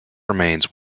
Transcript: remains